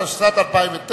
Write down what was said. התשס"ט 2009,